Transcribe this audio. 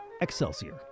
Excelsior